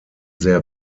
sehr